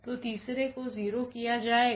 तो तीसरे को 0 किया जाएगा